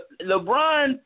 Lebron